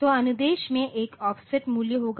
तो अनुदेश में एक ऑफसेट मूल्य होगा